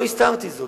לא הסתרתי זאת.